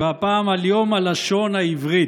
והפעם על יום הלשון העברית.